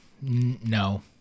no